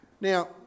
Now